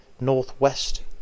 northwest